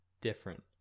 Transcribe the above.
different